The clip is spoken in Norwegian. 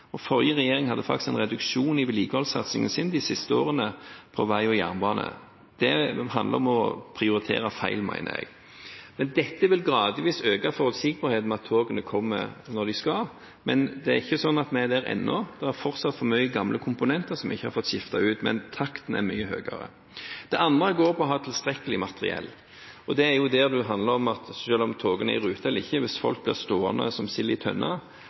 Forrige regjering hadde faktisk en reduksjon i vedlikeholdssatsingen sin på vei og jernbane de siste årene. Det handler om å prioritere feil, mener jeg. Dette vil gradvis øke forutsigbarheten ved at togene kommer når de skal. Men det er ikke sånn at vi er der ennå. Det er fortsatt for mange gamle komponenter som vi ikke har fått skiftet ut, men takten er mye høyere. Det andre går på å ha tilstrekkelig materiell. Selv om togene er i rute eller ikke, hvis folk blir stående som sild i tønne,